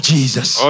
Jesus